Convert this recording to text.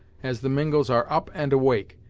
as the mingos are up and awake,